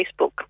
Facebook